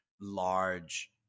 large